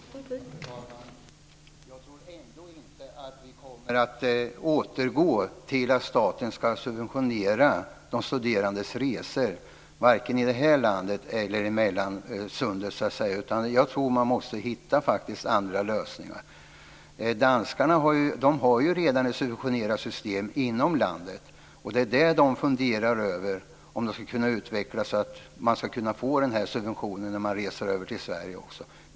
Fru talman! Jag tror ändå inte att vi kommer att återgå till att staten ska subventionera de studerandes resor vare sig i det här landet eller över sundet. Jag tror faktiskt att man måste hitta andra lösningar. Danskarna har ju redan ett subventionerat system inom landet. Det är det de funderar över om de ska kunna utveckla så att man ska kunna få den här subventionen när man reser över till Sverige också.